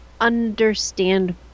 understand